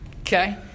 okay